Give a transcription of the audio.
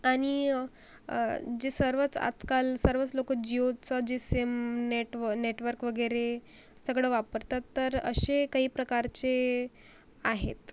आणि जे सर्वच आजकाल सर्वच लोकं जियोचा जे सेम नेटव नेटवर्क वगैरे सगळं वापरतात तर असे काही प्रकारचे आहेत